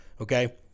Okay